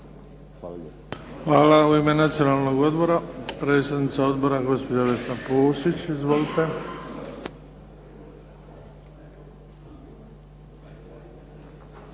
Hvala. U ime Nacionalnog odbora,